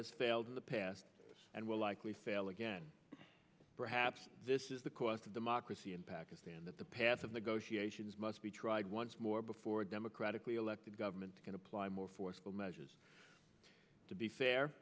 has failed in the past and will likely fail again perhaps this is the cost of democracy in pakistan that the path of negotiations must be tried once more before a democratically elected government can apply more forceful measures to be fair